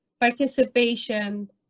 participation